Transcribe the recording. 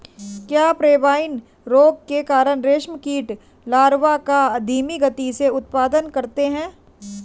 क्या पेब्राइन रोग के कारण रेशम कीट लार्वा का धीमी गति से उत्पादन करते हैं?